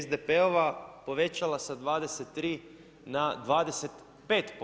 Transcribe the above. SDP-ova, povećala sa 23 na 25%